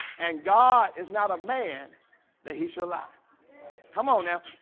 and god is not a man that he shall i come on now.